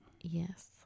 Yes